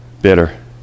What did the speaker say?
Bitter